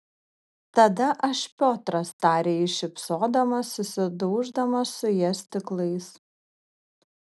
tada aš piotras tarė jis šypsodamas susidauždamas su ja stiklais